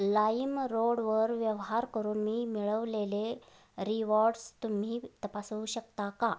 लाईमरोडवर व्यवहार करून मी मिळवलेले रिवॉर्ड्स तुम्ही तपासू शकता का